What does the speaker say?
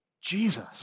Jesus